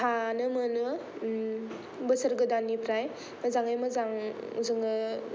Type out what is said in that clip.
थानो मोनो बोसोर गोदाननिफ्राय मोजाङै मोजां जोङो